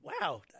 wow